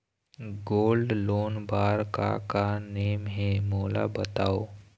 Gold loan बार का का नेम हे, मोला बताव?